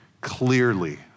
clearly